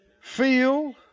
feel